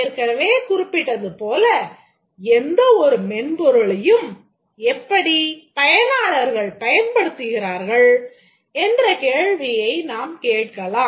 ஏற்கெனவே குறிப்பிட்டது போல் எந்த ஒரு மென்பொருளையும் எப்படிப் பயனாளர்கள் பயன்படுத்துகிறார்கள் என்ற கேள்வியை நாம் கேட்கலாம்